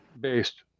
based